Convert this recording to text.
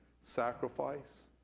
sacrifice